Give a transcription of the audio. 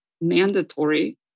mandatory